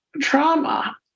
trauma